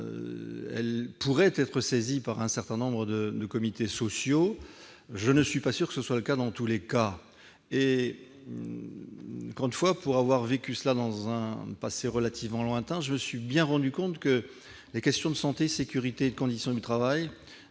elle pourrait être saisie par un certain nombre de comités sociaux, mais je ne suis pas sûr que ce soit toujours le cas. De fait, pour l'avoir vécu dans un passé relativement lointain, je me suis bien rendu compte que les questions de santé, de sécurité et de conditions de travail